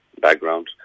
background